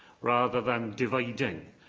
rather than dividing,